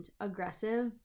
aggressive